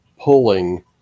pulling